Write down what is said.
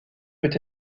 peut